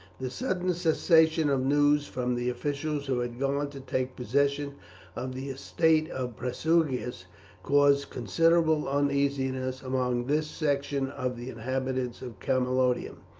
the sudden cessation of news from the officials who had gone to take possession of the estate of prasutagus caused considerable uneasiness among this section of the inhabitants of camalodunum.